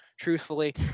Truthfully